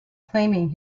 claiming